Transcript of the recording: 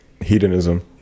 hedonism